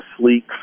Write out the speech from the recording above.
sleek